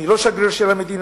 אני לא שגריר של המדינה,